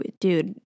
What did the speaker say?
dude